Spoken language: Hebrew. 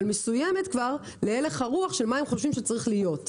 מסוימת להלך הרוח של מה הם חושבים שצריך להיות.